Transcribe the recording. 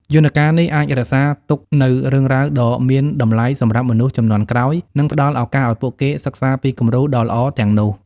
យន្តការនេះអាចរក្សាទុកនូវរឿងរ៉ាវដ៏មានតម្លៃសម្រាប់មនុស្សជំនាន់ក្រោយ និងផ្តល់ឱកាសឲ្យពួកគេសិក្សាពីគំរូដ៏ល្អទាំងនោះ។